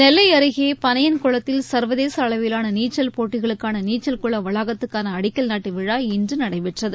நெல்லை அருகே பனையங்குளத்தில் சர்வதேச அளவிலான நீச்சல் போட்டிகளுக்கான நீச்சல் குள வளாகத்துக்கான அடிக்கல் நாட்டு விழா இன்று நடைபெற்றது